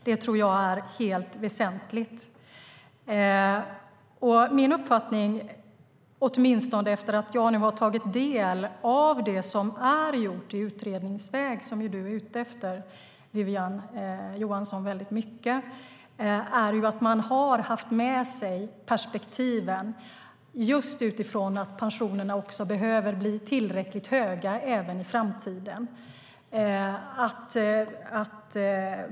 Det tror jag är väsentligt. Min uppfattning, åtminstone efter det att jag nu har tagit del av vad som gjorts i utredningsväg - som ju är vad du, Wiwi-Anne Johansson, väldigt mycket är ute efter - är att man har haft med sig perspektivet att pensionerna behöver bli tillräckligt höga även i framtiden.